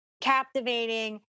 captivating